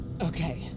Okay